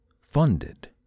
funded